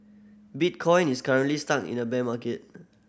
bitcoin is currently stuck in a bear market